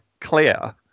clear